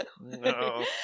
No